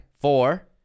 Four